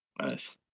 nice